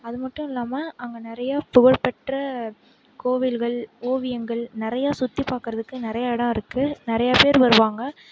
அதுமட்டும் இல்லாமல் அங்கே நிறையா புகழ் பெற்ற கோவில்கள் ஓவியங்கள் நிறையா சுற்றி பாக்கிறதுக்கு நிறையா இடம் இருக்கு நிறையா பேர் வருவாங்க